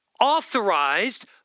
authorized